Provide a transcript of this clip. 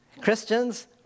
Christians